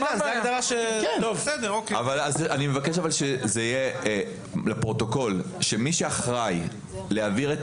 אני מבקש לפרוטוקול שמי שאחראי להעביר את